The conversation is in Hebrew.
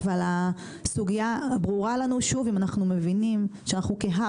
אם אנחנו מבינים שאנחנו כהאב מתחרים בהאבים בין-לאומיים,